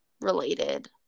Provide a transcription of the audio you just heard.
related